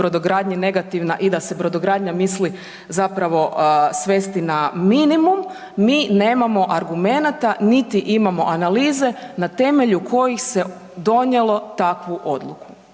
i da se brodogradnja misli zapravo svesti na minimum, mi nemamo argumenata niti imamo analize na temelju kojih se donijelo takvu odluku